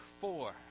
four